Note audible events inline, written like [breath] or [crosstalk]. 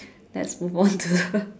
let's move on to the [breath]